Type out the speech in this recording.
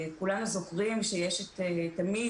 במידה ולא תתאפשר פתיחת המוזיאונים עם כל ההגבלות של תלמידים